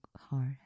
heart